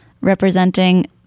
representing